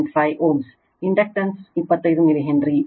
5 Ω inductance 25 milli henry